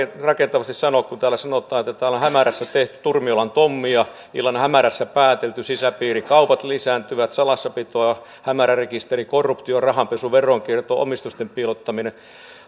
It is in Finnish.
rakentavasti sanoa kun täällä sanotaan että on hämärässä tehty turmiolan tommia illan hämärässä päätetty sisäpiirikaupat lisääntyvät salassapito hämärärekisteri korruptio rahanpesu veronkierto omistusten piilottaminen